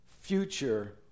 future